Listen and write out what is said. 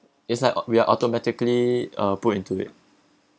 it's like we're automatically uh put into it